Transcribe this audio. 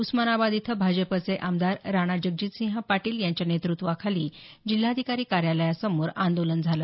उस्मानाबाद इथं भाजपचे आमदार राणा जगजितसिंह पाटील यांच्या नेतृत्वाखाली जिल्हाधिकारी कार्यालयासमोर आंदोलन झालं